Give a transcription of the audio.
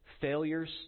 failures